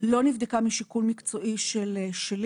לא נבדקה משיקול מקצועי שלי.